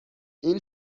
این